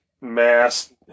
mass